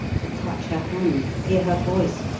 to touch her hand, hear her voice,